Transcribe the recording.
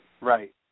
Right